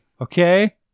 okay